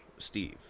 steve